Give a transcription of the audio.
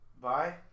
Bye